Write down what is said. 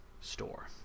store